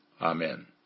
Amen